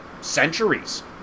centuries